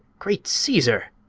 great caesar!